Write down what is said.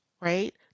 right